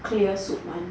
clear soup one